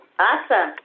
Awesome